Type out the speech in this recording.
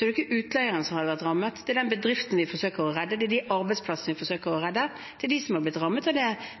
er det ikke utleieren som hadde blitt rammet. Det er den bedriften og de arbeidsplassene vi hadde forsøkt å redde, som hadde blitt rammet